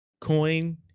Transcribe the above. coin